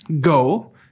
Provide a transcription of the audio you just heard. Go